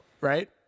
right